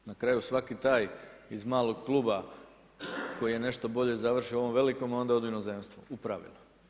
Na kraju svaki taj iz malog kluba koji je nešto bolji završi u ovom velikom onda ode u inozemstvo, u pravilu.